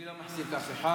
אני לא מחזיק אף אחד.